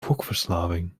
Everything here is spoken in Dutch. gokverslaving